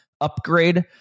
upgrade